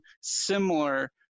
similar